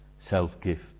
self-gift